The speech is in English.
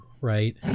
right